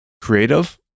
creative